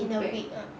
in a week ah